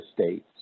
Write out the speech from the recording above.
States